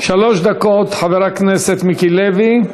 שלוש דקות, חבר הכנסת מיקי לוי.